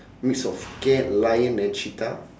mix of cat lion and cheetah